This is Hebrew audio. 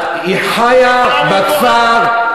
היא חיה בכפר.